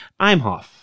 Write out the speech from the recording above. Imhoff